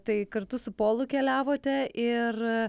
tai kartu su polu keliavote ir